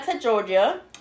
Georgia